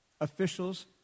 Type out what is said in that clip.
officials